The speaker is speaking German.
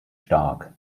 stark